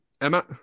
Emma